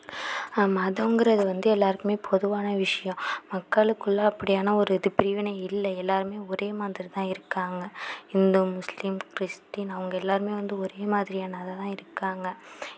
மதங்கிறது வந்து எல்லாேருக்குமே பொதுவான விஷயம் மக்களுக்குள்ளே அப்படியான ஒரு இது பிரிவினை இல்லை எல்லாேருமே ஒரே மாதிரி தான் இருக்காங்க இந்து முஸ்லீம் கிறிஸ்டின் அவங்க எல்லாேருமே வந்து ஒரே மாதிரியானதாக தான் இருக்காங்க